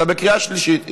אתה בקריאה שלישית.